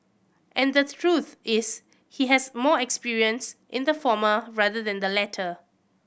and the truth is he has more experience in the former rather than the latter